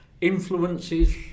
Influences